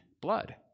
blood